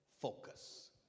focus